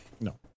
No